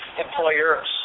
employers